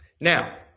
Now